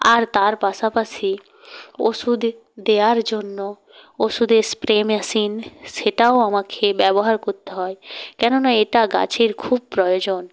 আর তার পাশাপাশি ওষুধ দেওয়ার জন্য ওষুধের স্প্রে মেশিন সেটাও আমাকে ব্যবহার করতে হয় কেননা এটা গাছের খুব প্রয়োজন